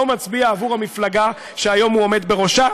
מצביע עבור המפלגה שהיום הוא עומד בראשה.